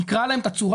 אני אקרע להן את הצורה?